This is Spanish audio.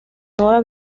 nueva